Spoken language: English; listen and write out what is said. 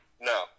No